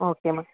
ஓகேம்மா